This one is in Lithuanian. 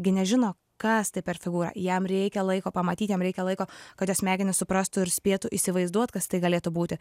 gi nežino kas tai per figūra jam reikia laiko pamatyt jam reikia laiko kad jo smegenys suprastų ir spėtų įsivaizduot kas tai galėtų būti